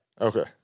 Okay